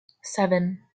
seven